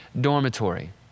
dormitory